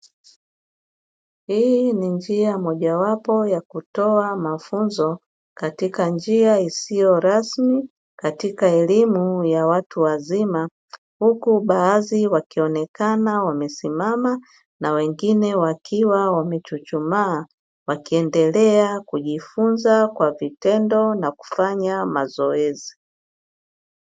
Hii ni njia mojawapo ya kutoa mafunzo, katika njia isiyo rasmi katika elimu ya watu wazima. Huku baadhi wakionekana wamesimama na wengine wakiwa wamechuchumaa, wakiendelea kujifunza kwa vitendo na kufanya mazoezi.